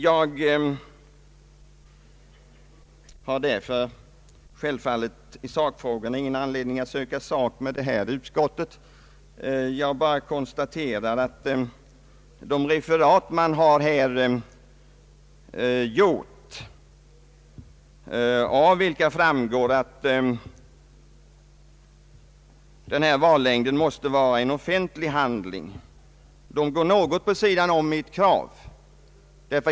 Jag har därför självfallet ingen anledning att i det här ärendet söka sak med detta utskott. Jag vill bara konstatera att de referat man har gjort, av vilka framgår att vallängden måste vara en offentlig handling, går något vid sidan av mitt krav.